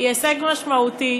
היא הישג משמעותי,